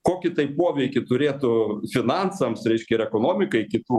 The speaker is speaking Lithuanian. kokį tai poveikį turėtų finansams reiškia ir ekonomikai kitų